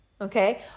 okay